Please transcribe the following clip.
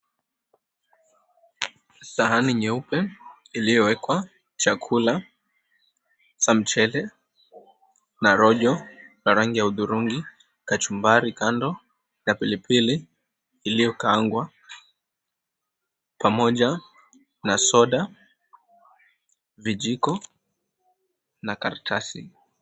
Sahani nyeupe, iliyowekwa chakula hasa, mchele na rojo na rangi ya udhurun. Kachumbari kando, na pilipili iliyokaangwa, pamoja na soda, vijiko na karatasi.